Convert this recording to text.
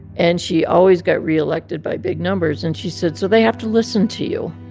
and she always got reelected by big numbers. and she said, so they have to listen to you.